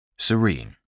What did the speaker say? serene